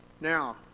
Now